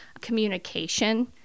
communication